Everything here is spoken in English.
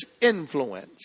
influence